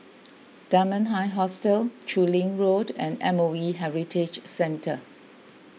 Dunman High Hostel Chu Lin Road and M O E Heritage Centre